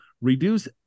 reduce